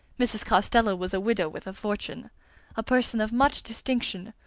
mrs. costello was a widow with a fortune a person of much distinction,